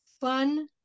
fun